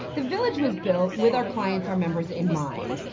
the village was built with our clients, our members, in mind.